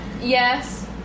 Yes